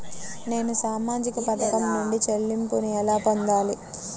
నేను సామాజిక పథకం నుండి చెల్లింపును ఎలా పొందాలి?